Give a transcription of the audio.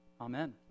Amen